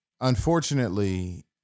unfortunately